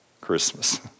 Christmas